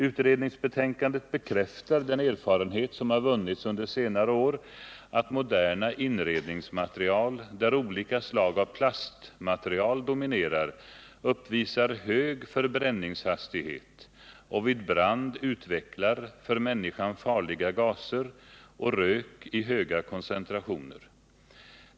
Utredningsbetänkandet bekräftar den erfarenhet som har vunnits under senare år att moderna inredningsmaterial, där olika slag av plastmaterial dominerar, uppvisar hög förbränningshastighet och vid brand utvecklar för människan farliga gaser och rök i höga koncentrationer.